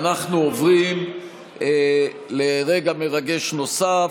אנו עוברים לרגע מרגש נוסף,